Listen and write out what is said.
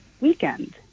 weekend